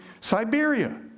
Siberia